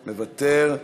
מוותר.